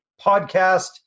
Podcast